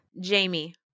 Jamie